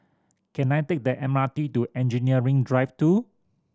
can I take the M R T to Engineering Drive Two